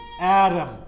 Adam